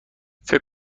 فکر